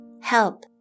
help